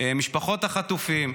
משפחות החטופים,